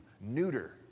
neuter